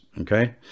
Okay